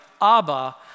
Abba